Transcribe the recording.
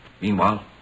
Meanwhile